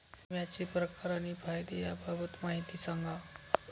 विम्याचे प्रकार आणि फायदे याबाबत माहिती सांगा